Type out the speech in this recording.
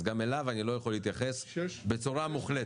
אז גם אליו אני לא יכול להתייחס בצורה מוחלטת.